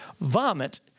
vomit